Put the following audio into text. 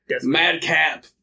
Madcap